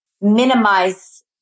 minimize